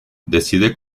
decide